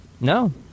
No